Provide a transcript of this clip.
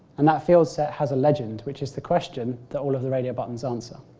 and that field set has a legend which is the question that all of the radio buttons answer.